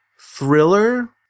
thriller